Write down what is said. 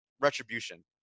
Retribution